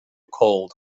cold